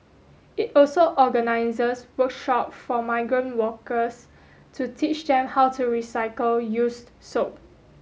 it also organises workshops for migrant workers to teach them how to recycle used soap